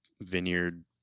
vineyard